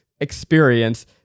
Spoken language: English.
experience